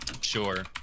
sure